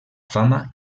fama